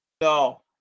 No